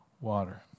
water